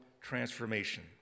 transformation